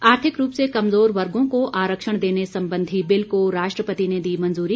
आर्थिक रूप से कमज़ोर वर्गो को आरक्षण देने संबंधी बिल को राष्ट्रपति ने दी मंजूरी